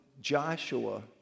Joshua